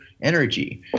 energy